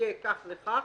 יהיה כך וכך,